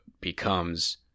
becomes